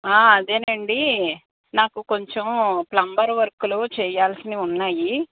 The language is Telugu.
ఆ అదేనండి నాకు కొంచెం ప్లంబర్ వర్కులు చెయ్యాల్సినవి ఉన్నాయి